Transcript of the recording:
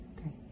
Okay